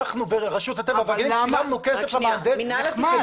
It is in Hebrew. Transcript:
אנחנו ברשות הטבע והגנים שילמנו כסף למהנדס.